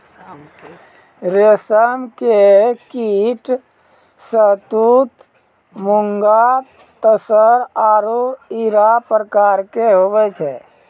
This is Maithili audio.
रेशम के कीट शहतूत मूंगा तसर आरु इरा प्रकार के हुवै छै